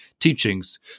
teachings